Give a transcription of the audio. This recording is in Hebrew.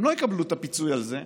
הם לא יקבלו את הפיצוי על זה,